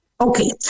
Okay